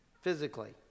physically